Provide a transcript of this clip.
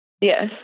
Yes